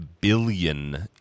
billion